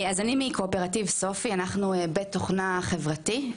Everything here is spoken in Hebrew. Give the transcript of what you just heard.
אז אני מקואופרטיב סופי, אנחנו בית תוכנה חברתי.